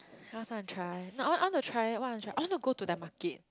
I also want to try not I want I want to try what I want to try I want to go to their market